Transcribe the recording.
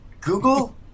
Google